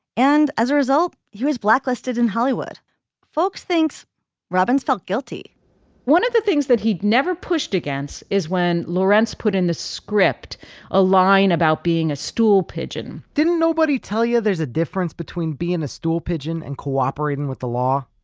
and as a result he was blacklisted in hollywood folks thinks robbins felt guilty one of the things that he'd never pushed against is when lawrence put in the script a line about being a stool pigeon didn't nobody tell you there's a difference between being a stool pigeon and cooperating with the law.